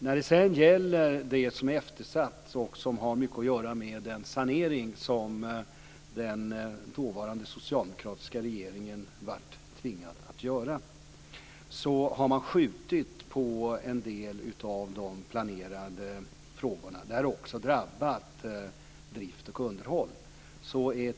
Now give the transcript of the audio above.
När det gäller det som är eftersatt och som mycket har att göra med den sanering som den dåvarande socialdemokratiska regeringen blev tvingad att göra har man skjutit på en del av de planerade frågorna. Detta har också drabbat drift och underhåll.